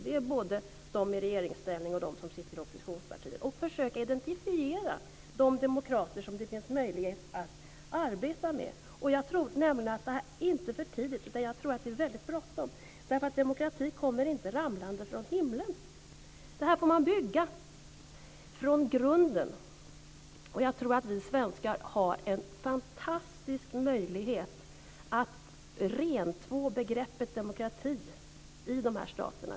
Det är folk både i regeringsställning och i oppositionspartier. Man måste försöka identifiera de demokrater som det är möjligt att arbeta med. Jag tror inte att det är för tidigt, utan jag tror att det är väldigt bråttom. Demokratin kommer inte ramlande från himlen. Den får man bygga från grunden. Jag tror att vi svenskar har en fantastisk möjlighet att rentvå begreppet demokrati i dessa stater.